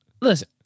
Listen